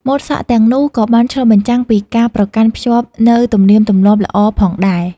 ម៉ូតសក់ទាំងនោះក៏បានឆ្លុះបញ្ចាំងពីការប្រកាន់ខ្ជាប់នូវទំនៀមទម្លាប់ល្អផងដែរ។